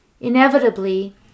Inevitably